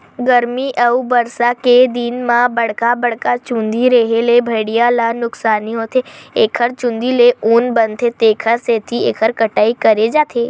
गरमी अउ बरसा के दिन म बड़का बड़का चूंदी रेहे ले भेड़िया ल नुकसानी होथे एखर चूंदी ले ऊन बनथे तेखर सेती एखर कटई करे जाथे